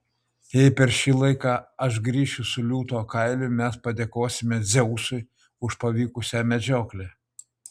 jei per šį laiką aš grįšiu su liūto kailiu mes padėkosime dzeusui už pavykusią medžioklę